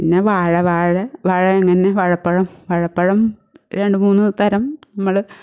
പിന്നെ വാഴ വാഴ വാഴ അങ്ങനെ വാഴപ്പഴം വാഴപ്പഴം രണ്ടുമൂന്നുതരം നമ്മൾ